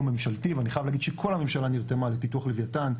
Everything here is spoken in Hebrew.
ממשלתי ואני חייב להגיד שכל הממשלה נרתמה לפיתוח לוויתן,